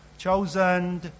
chosen